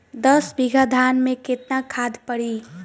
दस बिघा धान मे केतना खाद परी?